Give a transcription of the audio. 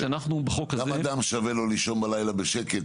גם אדם שווה לו לישון בלילה בשקט,